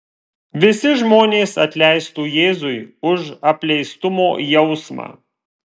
visi žmonės atleistų jėzui už apleistumo jausmą